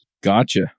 Gotcha